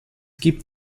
gibt